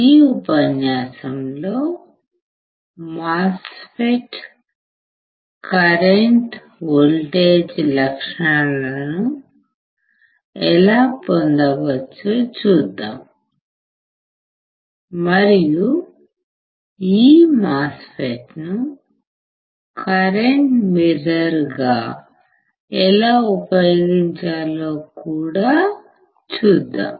ఈ ఉపన్యాసంలో MOSFET current voltage లక్షణాలను ఎలా పొందవచ్చో చూద్దాం మరియు ఈ మాస్ ఫెట్ ను కరెంటు మిర్రర్ గా ఎలా ఉపయోగించాలో కూడా చూద్దాం